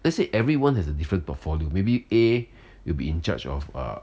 let's say everyone has a different portfolio maybe A will be in charge of uh